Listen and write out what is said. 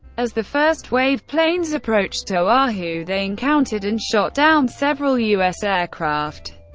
as the first wave planes approached oahu, they encountered and shot down several u s. aircraft.